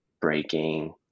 breaking